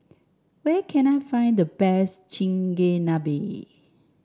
where can I find the best Chigenabe